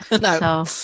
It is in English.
no